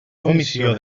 comissió